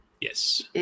Yes